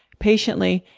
patiently,